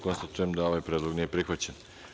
Konstatujem da ovaj predlog nije prihvaćen.